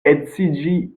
edziĝi